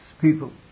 people